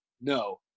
no